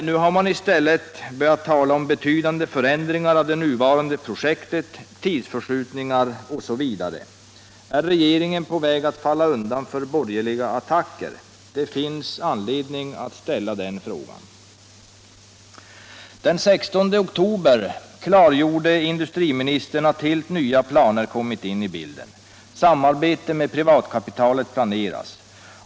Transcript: Nu har man i stället börjat tala om betydande förändringar av det nuvarande projektet, tidsförskjutningar osv. Är regeringen på väg att falla undan för borgerliga attacker? Det finns anledning att ställa den frågan. Den 16 oktober klargjorde industriministern att helt nya planer kommit in i bilden. Samarbete med privatkapitalet planeras.